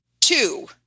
Two